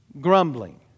grumbling